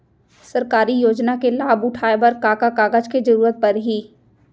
सरकारी योजना के लाभ उठाए बर का का कागज के जरूरत परही